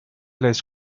les